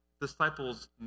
disciples